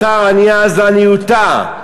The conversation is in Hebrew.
בתר עניא אזלא עניותא,